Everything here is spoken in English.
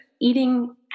eating